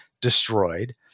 destroyed